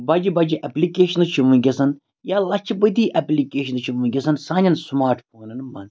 بَجہِ بَجہِ ایٚپلِکیشنہٕ چھِ وٕنکیٚسن یا لَچھِ بٔدی ایٚپلِکیشنہٕ چھِ وٕنکیٚسن سانیٚن سماٹ فونَن منٛز